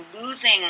losing